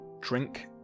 Drink